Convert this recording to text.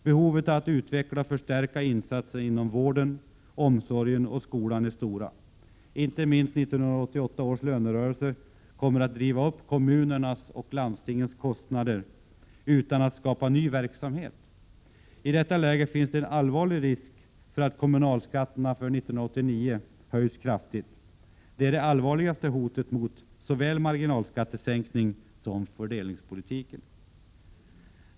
Behoven av att utveckla och förstärka insatserna inom vård, omsorg och skola är stora. Inte minst 1988 års lönerörelse kommer att driva upp kommunernas och landstingens kostnader utan att skapa ny verksamhet. I detta läge finns en allvarlig risk för att kommunalskatterna år 1989 höjs kraftigt. Detta är det allvarligaste hotet mot såväl marginalskattesänkningen som fördelningspolitiken.